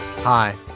Hi